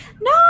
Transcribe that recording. no